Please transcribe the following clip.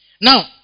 Now